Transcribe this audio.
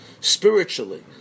Spiritually